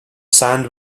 sand